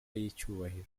y’icyubahiro